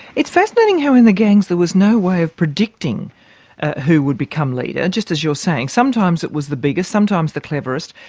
it's fascinating how in the gangs there was no way of predicting who would become leader, just as you're saying. sometimes it was the biggest, sometimes the cleverest,